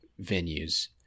venues